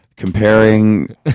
comparing